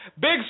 Big